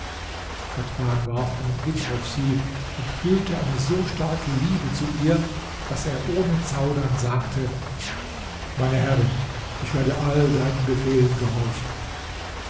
warf einen blick auf sie und fühlte eine so starke liebe zu ihr daß er ohne zaudern sagte meine herrin ich werde allen deinen befehlen gehorchen